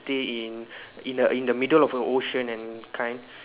stay in in the in the middle of a ocean and kind